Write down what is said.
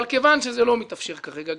אבל כיוון שזה לא מתאפשר כרגע,